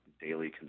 daily